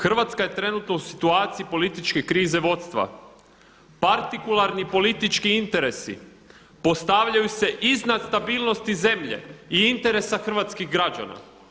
Hrvatska je trenutno u situaciji političke krize vodstva, partikularni politički interesi postavljaju se iznad stabilnosti zemlje i interesa hrvatskih građana.